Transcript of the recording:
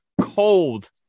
cold